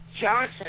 Johnson